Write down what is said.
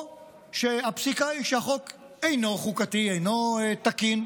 או שהפסיקה היא שהחוק אינו חוקתי, אינו תקין,